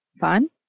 fun